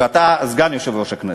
ואתה סגן יושב-ראש הכנסת.